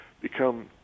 become